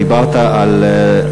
דיברת על,